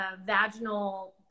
vaginal